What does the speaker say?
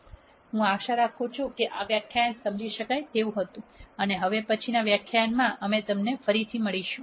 હું આશા રાખું છું કે આ વ્યાખ્યાન સમજી શકાય તેવું હતું અને હવે પછીનાં વ્યાખ્યાનમાં અમે તમને ફરી મળશું